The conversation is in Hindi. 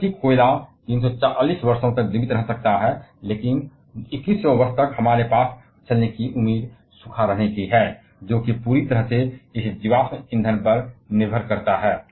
जबकि कोयला 340 वर्षों तक जीवित रह सकता है लेकिन वर्ष 2100 तक हमारे पास सूखा रहने की उम्मीद है पूरी तरह से इस जीवाश्म ईंधन पर निर्भर करता है